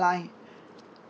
line